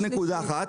רק עוד נקודה אחת.